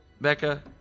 Becca